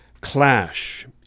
clash